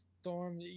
Storm